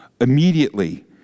Immediately